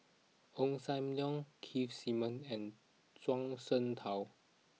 Ong Sam Leong Keith Simmons and Zhuang Shengtao